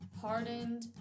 hardened